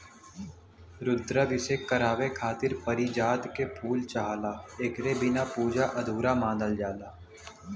रुद्राभिषेक करावे खातिर पारिजात के फूल चाहला एकरे बिना पूजा अधूरा मानल जाला